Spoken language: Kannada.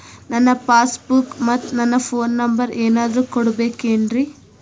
ನನ್ನ ಪಾಸ್ ಬುಕ್ ಮತ್ ನನ್ನ ಫೋನ್ ನಂಬರ್ ಏನಾದ್ರು ಕೊಡಬೇಕೆನ್ರಿ?